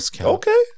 Okay